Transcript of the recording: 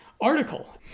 article